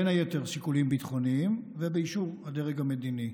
בין היתר שיקולים ביטחוניים, ובאישור הדרג המדיני.